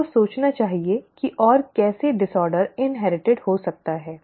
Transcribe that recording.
आपको सोचना चाहिए कि और कैसे विकार इन्हेरिटिड हो सकता है